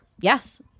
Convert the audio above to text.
Yes